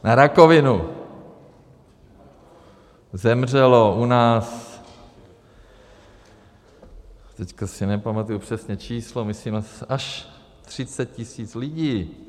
Na rakovinu zemřelo u nás, teď si nepamatuji přesně číslo, myslím až 30 tisíc lidí.